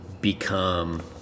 become